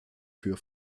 für